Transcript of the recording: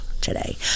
Today